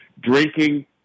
drinking